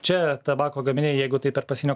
čia tabako gaminiai jeigu tai per pasienio